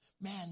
Man